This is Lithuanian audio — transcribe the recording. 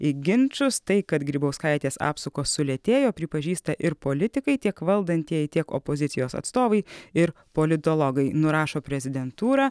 į ginčus tai kad grybauskaitės apsukos sulėtėjo pripažįsta ir politikai tiek valdantieji tiek opozicijos atstovai ir politologai nurašo prezidentūrą